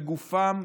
בגופם,